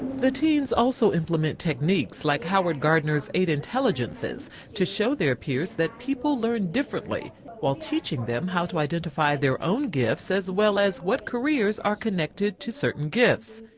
the teens also implement techniques like howard gardner's eight intelligences to show their peers that people learn differently while teaching them how to identify their own gifts as well as what careers are connected to certain gifts.